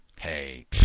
hey